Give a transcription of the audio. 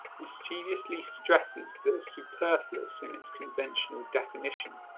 mischievously stresses the superfluous in its conventional definition,